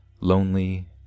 lonely